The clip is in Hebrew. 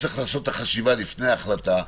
שצריך לעשות את החשיבה לפני ההחלטה,